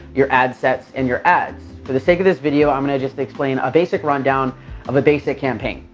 your ad sets, and your ads. for the sake of this video, i'm gonna just explain a basic rundown of a basic campaign.